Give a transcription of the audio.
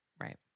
right